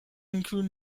include